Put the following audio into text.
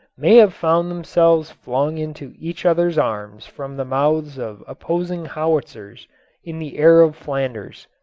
may have found themselves flung into each other's arms from the mouths of opposing howitzers in the air of flanders.